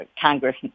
Congress